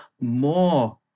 more